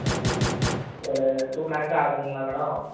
ஒரு டூ லேக்கு ஆகுங்களா மேடம்